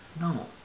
No